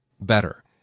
better